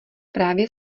právě